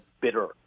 bitter